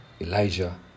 Elijah